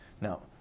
Now